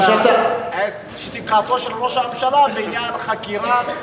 את שתיקתו של ראש הממשלה בעניין חקירת,